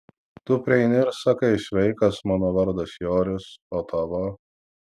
tu prieini ir sakai sveikas mano vardas joris o tavo